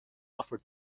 offer